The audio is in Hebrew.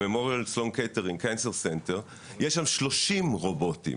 ל-Memorial Sloan Kettering cancer center יש שם 30 רובוטים.